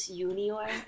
junior